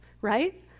right